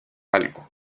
algo